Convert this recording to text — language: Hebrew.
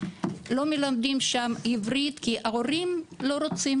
לא מלמדים שם עברית כי הורים לא רוצים